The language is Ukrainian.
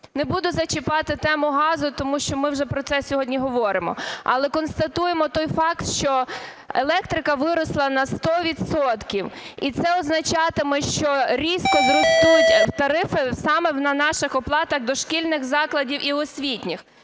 Не буду зачіпати газу, тому що ми вже про це сьогодні говоримо, але констатуємо той факт, що електрика виросла на 100 відсотків, і це означатиме, що різко зростуть тарифи саме на наших оплатах дошкільних закладів і освітніх.